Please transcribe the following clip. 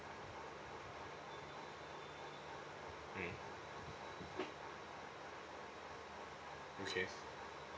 mm okay